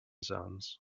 zones